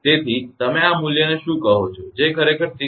તેથી તમે આ મૂલ્યને શું કહો છો જે ખરેખર 6